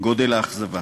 גודל האכזבה.